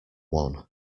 one